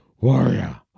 Warrior